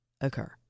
occur